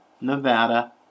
Nevada